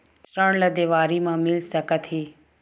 ऋण ला देवारी मा मिल सकत हे